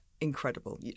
incredible